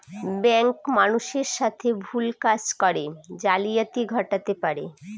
bank মানুষের সাথে ভুল কাজ করে জালিয়াতি ঘটাতে পারে